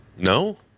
No